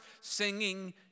singing